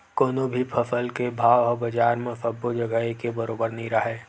कोनो भी फसल के भाव ह बजार म सबो जघा एके बरोबर नइ राहय